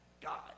God